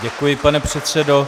Děkuji, pane předsedo.